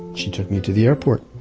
she took me to the airport,